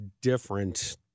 different